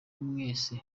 mwese